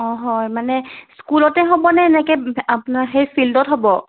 অঁ হয় মানে স্কুলতে হ'বনে নে এনেকৈ আপোনাৰ সেই ফিল্ডত হ'ব